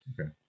okay